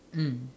mm